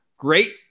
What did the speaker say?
Great